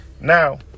now